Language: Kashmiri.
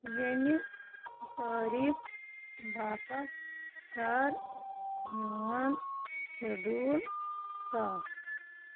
ییٚمِہ تٲریخ باپتھ کر میون شیڈول صاف